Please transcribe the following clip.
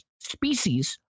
species